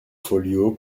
folliot